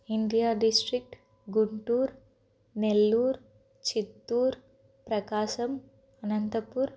India district Guntur Nellore Chittoor Prakasam Anantapur